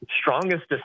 strongest